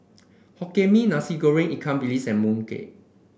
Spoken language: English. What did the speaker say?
Hokkien Mee Nasi Goreng Ikan Bilis and mooncake